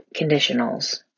conditionals